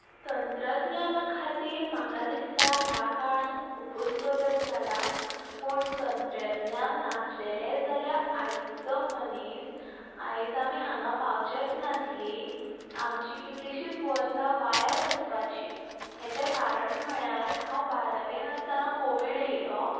तंत्रज्ञाना खातीर म्हाका दिसतां ह्या काळान खुबूच बदल जाला पूण तंत्रज्ञान नासलेले जाल्यार आयचो मनीस आयज आमी हांगा पावचेत नासली आमची कितलीशीच वर्सा वाया वचपाची हेचे कारण म्हळ्यार हांव बारवेन आसतना कोविड येयलो